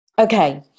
Okay